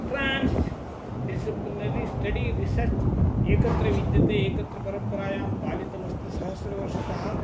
trans disciplinary study research एकत्र विद्यते एकत्र परम्परायां पालितमस्ति सहस्रवर्षतः